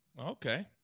Okay